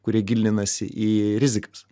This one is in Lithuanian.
kurie gilinasi į rizikas